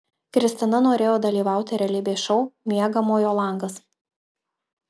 kristina norėjo dalyvauti realybės šou miegamojo langas